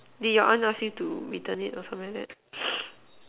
did you aunt ask you to return it or something like that